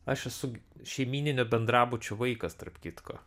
aš esu šeimyninio bendrabučio vaikas tarp kitko